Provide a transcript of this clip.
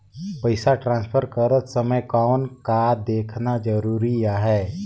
पइसा ट्रांसफर करत समय कौन का देखना ज़रूरी आहे?